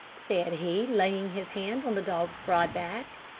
said he, laying his hand on the dog's broad back.